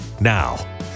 Now